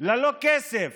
ללא כסף